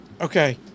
Okay